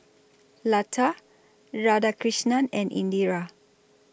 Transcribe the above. Lata Radhakrishnan and Indira